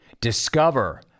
Discover